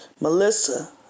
Melissa